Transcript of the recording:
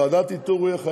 ועדת איתור הוא יהיה חייב.